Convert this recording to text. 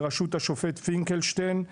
בראשות השופט פינקלשטיין,